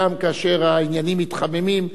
גם כאשר העניינים מתחממים,